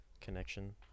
connection